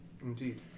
Indeed